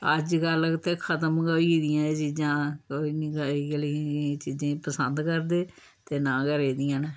अजकल्ल ते खत्म के होई गेदियां एह् चीजां कोई निं इ'यै लेइये चीजें गी पसंद करदे ते नां गै रेदियां न